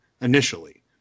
initially